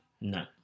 no